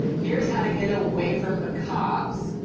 here's how to get away from the cops.